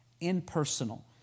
impersonal